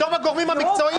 מה שמוצע כאן הוא מצע לדיון.